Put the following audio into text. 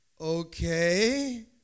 okay